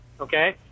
okay